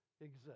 exist